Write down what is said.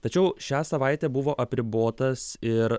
tačiau šią savaitę buvo apribotas ir